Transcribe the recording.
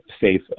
safe